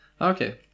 Okay